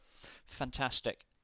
fantastic